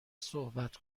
صحبت